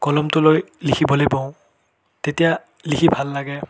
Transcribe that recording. কলমটো লৈ লিখিবলৈ বহোঁ তেতিয়া লিখি ভাল লাগে